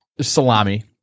salami